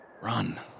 run